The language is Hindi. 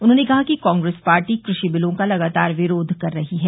उन्होंने कहा कि कांग्रेस पार्टी कृषि बिलों का लगातार विरोध कर रही है